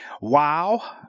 Wow